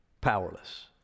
powerless